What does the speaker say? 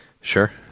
Sure